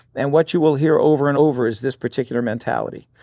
and what you will hear over and over is this particular mentality,